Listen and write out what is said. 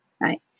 right